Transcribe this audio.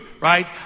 right